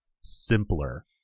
simpler